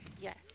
Yes